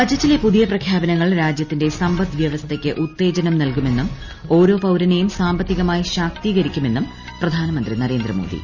ബജറ്റിലെ പുതിയ പ്രഖ്യാപനങ്ങൾ രാജ്യത്തിന്റെ സമ്പദ് വൃവസ്ഥക്ക് ഉത്തേജനം നൽകുമെന്നും ഓരോ പൌരനെയും സാമ്പത്തികമായി ശാക്തീകരിക്കുമെന്നും പ്രധാനമന്ത്രി നരേന്ദ്രമോദി